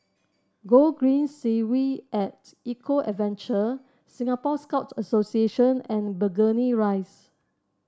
Gogreen Segway at Eco Adventure Singapore Scout Association and Burgundy Rise